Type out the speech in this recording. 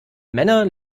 männer